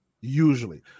Usually